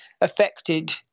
affected